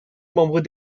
membres